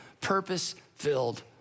purpose-filled